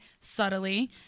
subtly